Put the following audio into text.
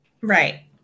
Right